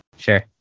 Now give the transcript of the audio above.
sure